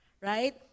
right